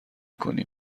کنیم